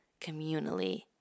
communally